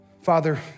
Father